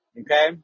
Okay